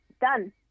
done